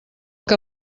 que